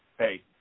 Hey